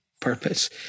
purpose